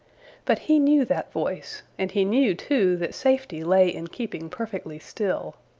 but he knew that voice and he knew, too, that safety lay in keeping perfectly still.